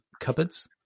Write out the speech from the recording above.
cupboards